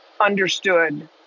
understood